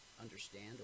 understand